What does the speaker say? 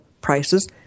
prices